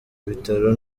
bitaro